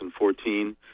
2014